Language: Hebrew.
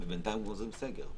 בינתיים מחליטים על סגר.